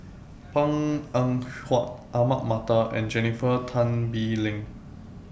Png Eng Huat Ahmad Mattar and Jennifer Tan Bee Leng